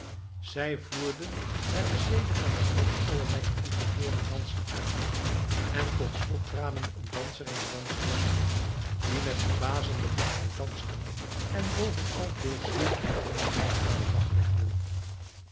zij voerden naar de zede van het land allerlei gefigureerde dansen uit en tot slot traden een danser en een danseres op die met verbazende lichtheid dansten en bovenal veel zwier en behendigheid aan den dag legden